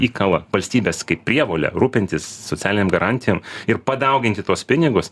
įkala valstybės kaip prievolę rūpintis socialinėm garantijom ir padauginti tuos pinigus